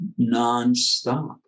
nonstop